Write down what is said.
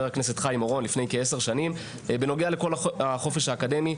הכנסת חיים אורון לפני כעשר שנים בנוגע לחופש האקדמי,